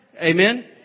Amen